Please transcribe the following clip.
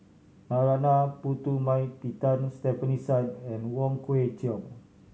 Narana Putumaippittan Stefanie Sun and Wong Kwei Cheong